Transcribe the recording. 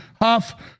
Huff